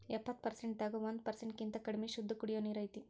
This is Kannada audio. ಎಪ್ಪತ್ತು ಪರಸೆಂಟ್ ದಾಗ ಒಂದ ಪರಸೆಂಟ್ ಕಿಂತ ಕಡಮಿ ಶುದ್ದ ಕುಡಿಯು ನೇರ ಐತಿ